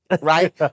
right